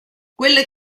quelle